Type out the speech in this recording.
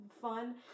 fun